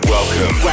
Welcome